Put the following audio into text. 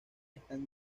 están